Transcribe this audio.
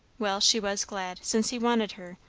well, she was glad, since he wanted her,